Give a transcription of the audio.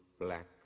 black